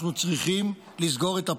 אנחנו צריכים לסגור את הפער.